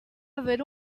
haver